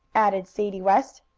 added sadie west.